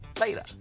later